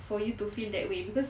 for you to feel that way because